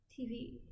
TV